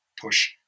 push